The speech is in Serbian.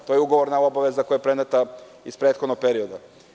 To je ugovorna obaveza koja je preneta iz prethodnog perioda.